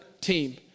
team